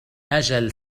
أجل